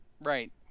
Right